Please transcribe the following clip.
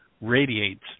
radiates